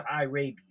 Arabia